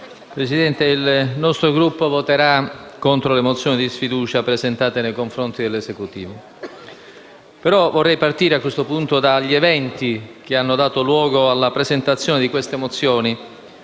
Presidente, il nostro Gruppo voterà contro le mozioni di sfiducia presentate nei confronti dell'Esecutivo e vorrei partire dagli eventi che hanno dato luogo alla loro presentazione, analizzando